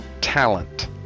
talent